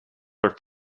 are